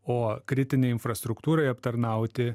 o kritinei infrastruktūrai aptarnauti